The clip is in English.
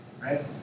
right